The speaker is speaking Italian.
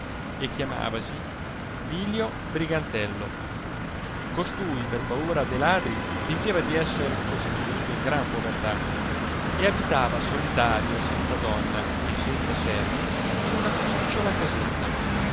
e chiamavasi villo brigantello costui per paura de ladri fingeva di esser costituto in gran povertà e abitava solitario senza donna e senza servi in una picciola casetta